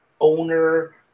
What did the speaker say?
owner